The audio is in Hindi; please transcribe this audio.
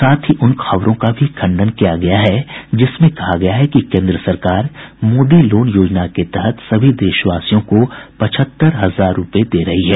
साथ ही उन खबरों का भी खंडन किया गया है जिसमें कहा गया है कि केन्द्र सरकार मोदी लोन योजना के तहत सभी देशवासियों को पचहत्तर हजार रूपये दे रही है